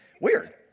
weird